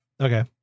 Okay